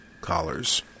collars